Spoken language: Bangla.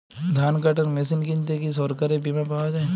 ধান কাটার মেশিন কিনতে কি সরকারী বিমা পাওয়া যায়?